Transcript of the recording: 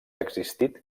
existit